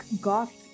goth